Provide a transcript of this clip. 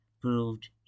proved